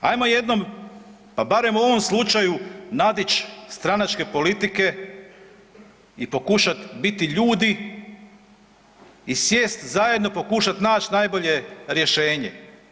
Hajmo jednom pa barem u ovom slučaju nadići stranačke politike i pokušati biti ljudi i sjesti zajedno pokušati naći najbolje rješenje.